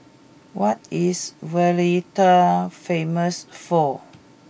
what is Valletta famous for